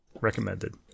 Recommended